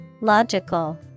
Logical